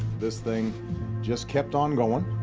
this thing just kept on going.